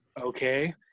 Okay